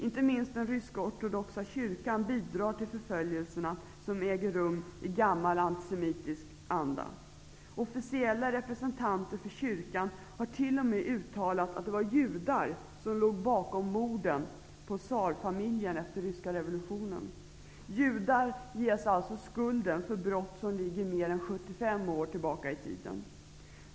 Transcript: Inte minst den ryskortodoxa kyrkan bidrar till förföljelserna, som äger rum i gammal antisemitisk anda. Officiella representanter för kyrkan har t.o.m. uttalat att det var judar som låg bakom morden på tsarfamiljen efter ryska revolutionen. Judar ges alltså skulden för brott som ligger mer än 75 år tillbaka i tiden.